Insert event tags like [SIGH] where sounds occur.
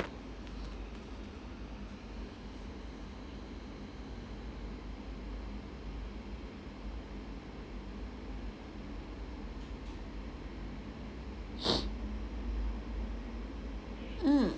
[BREATH] mm [LAUGHS]